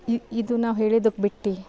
E ಇದು ನಾವು ಹೇಳಿದಕ್ಕೆ ಬಿಟ್ಟು